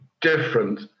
different